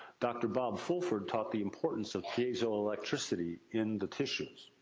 dr. bob fulford taught the importance of piezo-electricity in the tissues.